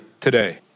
today